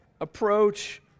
approach